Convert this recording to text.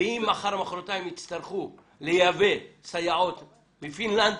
ואם מחר או מחרתיים יצטרכו לייבא סייעות מפינלנד,